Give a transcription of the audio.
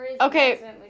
okay